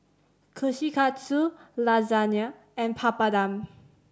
Kushikatsu Lasagne and Papadum